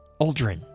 Aldrin